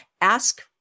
Ask